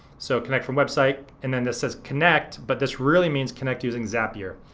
so connect from website and then this says connect but this really means connect using zapier.